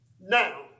now